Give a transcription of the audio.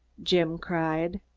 jim cried.